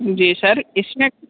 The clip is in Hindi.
जी सर इसमें